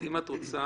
אם את רוצה,